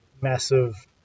massive